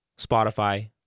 Spotify